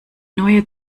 neue